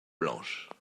blanches